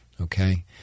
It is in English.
okay